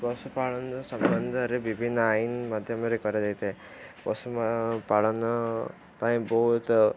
ପଶୁପାଳନ ସମ୍ବନ୍ଧରେ ବିଭିନ୍ନ ଆଇନ ମାଧ୍ୟମରେ କରାଯାଇଥାଏ ପଶୁପାଳନ ପାଇଁ ବହୁତ